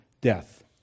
death